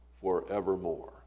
forevermore